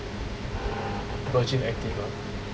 Virgin Active ah